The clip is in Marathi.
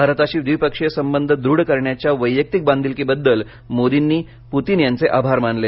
भारताशी द्विपक्षीय संबंध दृढ करण्याच्या वैयक्तिक बांधिलकीबद्दल मोदींनी पुतीन यांचे आभार मानले